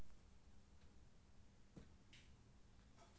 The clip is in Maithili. एकर उपयोग पूंजी बजट मे एक समान वैकल्पिक निवेश कें रैंकिंग लेल कैल जाइ छै